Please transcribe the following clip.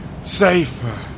safer